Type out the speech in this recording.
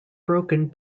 broken